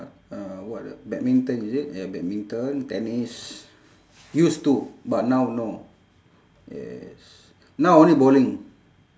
uh what ah badminton is it ya badminton tennis used to but now no yes now only bowling